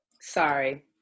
Sorry